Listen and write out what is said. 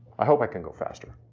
i hope i can go faster.